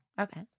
Okay